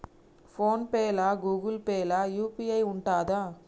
Phone pay లా Google Pay లా UPI ఉంటదా?